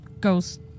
ghost